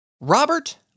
Robert